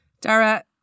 Dara